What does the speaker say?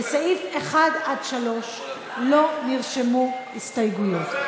לסעיפים 1 עד 3 לא נרשמו הסתייגויות,